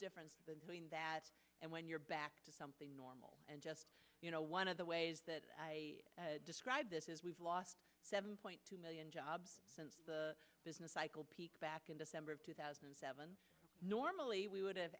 difference between that and when you're back to something normal and just you know one of the ways that i described this is we've lost seven point two million jobs since the business cycle peak back in december of two thousand and seven normally we would have